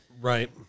right